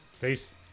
Peace